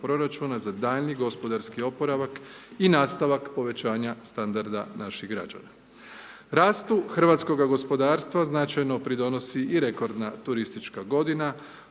za daljnji gospodarski oporavak i nastavak povećanja standarda naših građana. Rastu hrvatskog gospodarstva značajno pridonosi i rekordna turistička godina,